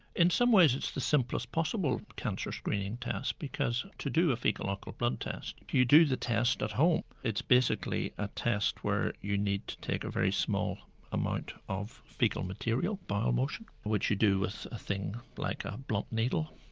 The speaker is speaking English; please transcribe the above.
in some ways it's the simplest possible cancer screening test, because to do a fecal ah occult blood test you do the test at home. it's basically a test where you need to take a very small amount of fecal material, bowel motion, which you do with a thing like a blunt needle.